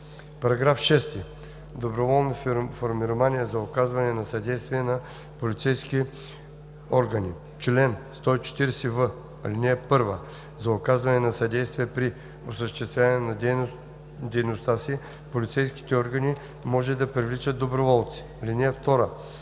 VI – Доброволни формирования за оказване на съдействие на полицейските органи“. Чл. 140в. (1) За оказване на съдействие при осъществяване на дейността си полицейските органи може да привличат доброволци. (2)